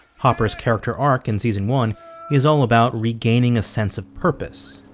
hopper's character arc in season one is all about regaining a sense of purpose.